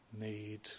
need